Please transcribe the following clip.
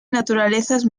naturalezas